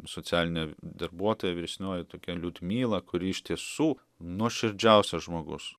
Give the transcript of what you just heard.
socialinė darbuotoja vyresnioji tokia liudmila kuri iš tiesų nuoširdžiausias žmogus